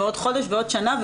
עוד חודש ועוד שנה,